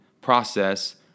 process